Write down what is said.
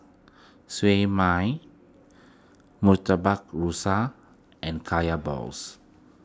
Siew Mai Murtabak Rusa and Kaya Balls